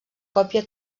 còpia